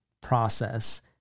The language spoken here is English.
process